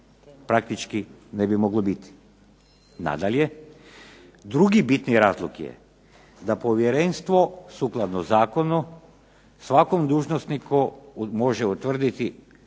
praktički ne bi moglo biti. Nadalje, drugi bitni razlog je da povjerenstvo sukladno zakonu svakom dužnosniku može utvrditi